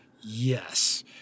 Yes